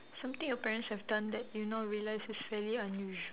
something your parents have done that you now realise is fairly unusual